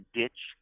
ditch